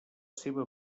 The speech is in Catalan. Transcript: seva